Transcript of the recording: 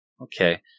Okay